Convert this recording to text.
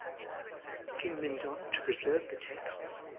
king mindon, to preserve the texts,